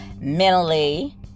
mentally